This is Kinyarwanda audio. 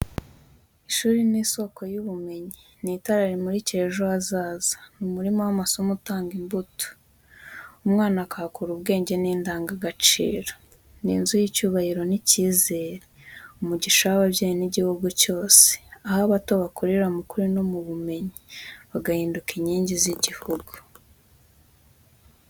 Ishuri ni isoko y'ubumenyi, ni itara rimurikira ejo hazaza, ni umurima w’amasomo utanga imbuto. Umwana akahakura ubwenge n’indangagaciro. Ni inzu y’icyubahiro n’icyizere, umugisha w’ababyeyi n’igihugu cyose, aho abato bakurira mu kuri no mu bumenyi, bagahinduka inkingi z’igihugu.